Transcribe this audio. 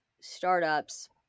startups